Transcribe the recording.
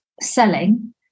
selling